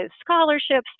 scholarships